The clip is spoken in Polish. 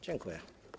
Dziękuję.